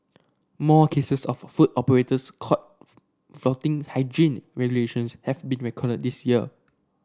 more cases of food operators caught flouting hygiene regulations have been recorded this year